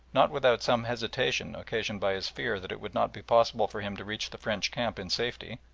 not without some hesitation occasioned by his fear that it would not be possible for him to reach the french camp in safety,